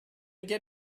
get